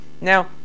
now